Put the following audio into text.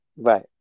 Right